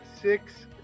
six